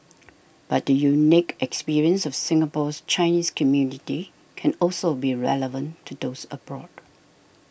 but the unique experience of Singapore's Chinese community can also be relevant to those abroad